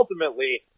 ultimately